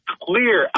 clear